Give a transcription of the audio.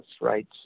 right